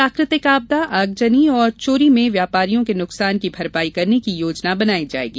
प्राकृतिक आपदा आगजनी और चोरी में व्यापारियों के नुकसान की भरपाई करने की योजना बनायी जायेगी